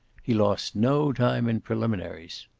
he lost no time in preliminaries.